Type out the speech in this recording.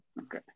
Okay